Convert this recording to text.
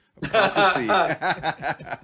prophecy